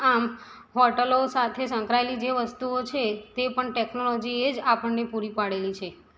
આમ હોટલો સાથે સંકળાયેલી જે વસ્તુઓ છે તે પણ ટેકનોલોજીએ જ આપણને પૂરી પડેલી છે